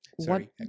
Sorry